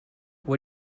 what